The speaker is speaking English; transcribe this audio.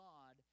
God